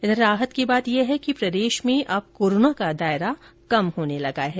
इधर राहत की बात यह है कि प्रदेश में अब कोरोना का दायरा कम होने लगा है